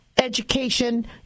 education